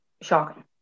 shocking